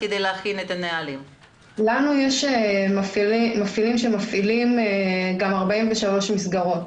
יש לנו אנשים שמפעילים גם 43 מסגרות.